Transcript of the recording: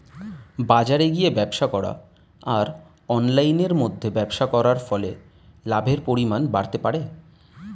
বাজারে গিয়ে ব্যবসা করা আর অনলাইনের মধ্যে ব্যবসা করার ফলে লাভের পরিমাণ বাড়তে পারে?